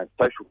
social